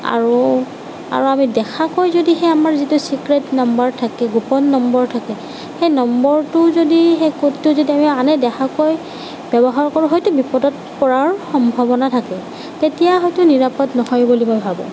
আৰু আৰু আমি দেখাকৈ যদি সেই আমাৰ যিটো চিক্ৰেট নাম্বাৰ থাকে গোপন নম্বৰ থাকে সেই নম্বৰটো যদি সেই কোডটো যদি আমি আনে দেখাকৈ ব্যৱহাৰ কৰোঁ হয়টো বিপদত পৰাৰ সম্ভাৱনা থাকে তেতিয়া হয়টো নিৰাপদ নহয় বুলি মই ভাবোঁ